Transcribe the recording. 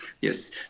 Yes